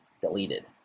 deleted